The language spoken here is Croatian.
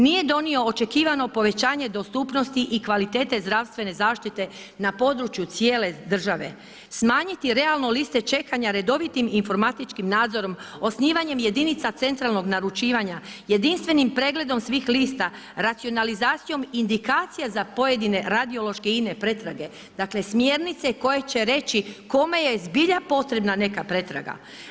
Nije donio očekivano povećanje dostupnosti i kvalitete zdravstvene zaštite na području cijele države., Smanjiti realno liste čekanja redovitim informatičkim nadzorom osnivanjem jedinica centralnog naručivanja, jedinstvenim pregledom svih lista, racionalizacijom indikacija za pojedine radiološke i ine pretrage, dakle smjernice koje će reći koje je zbilja potrebna neka pretraga.